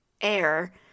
air